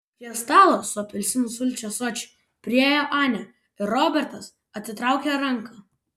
prie stalo su apelsinų sulčių ąsočiu priėjo anė ir robertas atitraukė ranką